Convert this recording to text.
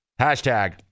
Hashtag